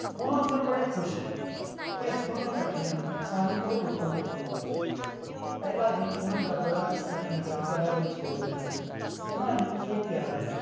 ਹੁਣ ਉਹ ਅੰਦਰ ਬੜੇ ਖੁਸ਼ ਨੇ ਕਿ ਅਸੀਂ ਦੋਨੋਂ ਇਕੱਠੇ ਹਾਂ ਸਾਨੂੰ ਕੋਈ ਰੋਕਣ ਟੋਕਣ ਵਾਲਾ ਨਹੀਂ ਹੈ ਪਹਿਲਾ ਦਿਨ ਉਹਨਾਂ ਦਾ ਬੜਾ ਇਕੱਠਿਆਂ ਦਾ ਪਿਆਰ ਵਿੱਚ ਗੁਜ਼ਰਦਾ ਹੈ ਉਹਨਾਂ ਲਈ ਇਹ ਪਿਆਰ ਹੈ